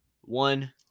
one